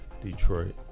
Detroit